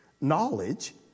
knowledge